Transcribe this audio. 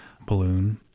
balloon